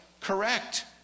correct